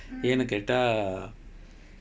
ஏனு கேட்டா: yaenu kaettaaa